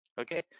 Okay